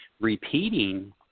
Repeating